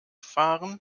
fahren